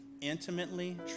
intimately